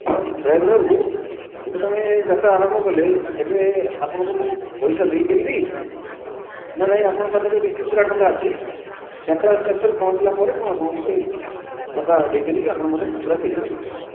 ହଁ ଡ୍ରାଇଭର ବାବୁ ଏବେ ତୁମେ ଯାତ୍ରା ଆରମ୍ଭ କଲେ ଏବେ ଆପଣଙ୍କୁ ମୁଁ ପଇସା ଦେଇପାରିବି ନା ନାଇଁ ଆପଣଙ୍କ ପାଖରେ ଯଦି ଖୁଚୁରା ଟଙ୍କା ଅଛି ଯାତ୍ରା ଶେଷରେ ପହଞ୍ଚିଲା ପରେ ମୁଁ ଆପଣଙ୍କୁ ସେ ଟଙ୍କା ଦେଇପାରିବି ଆପଣ ମୋତେ ଖୁଚୁରା ଫେରେଇ ପାରିବେ